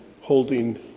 holding